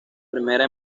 primera